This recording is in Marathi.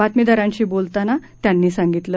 बातमीदारांशी बोलतांना त्यांनी सांगितलं